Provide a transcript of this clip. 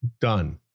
done